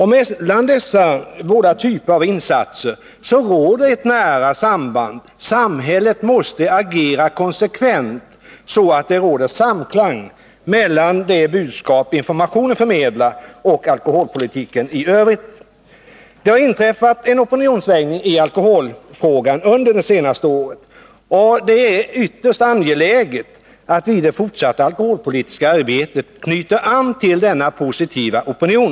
Mellan dessa båda typer av insatser finns ett nära samband. Samhället måste agera konsekvent, så att det råder samklang mellan det budskap som informationen förmedlar och alkoholpolitiken i övrigt. Det har inträffat en opinionssvängning i alkoholfrågan under det senaste året. Det är ytterst angeläget att vi i det fortsatta alkoholpolitiska arbetet knyter an till denna positiva opinion.